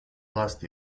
last